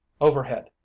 overhead